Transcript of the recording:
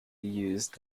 used